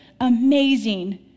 amazing